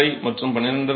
5 மற்றும் 12